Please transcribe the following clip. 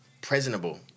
presentable